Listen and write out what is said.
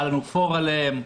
היה לנו פור עליהם,